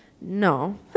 no